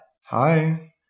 Hi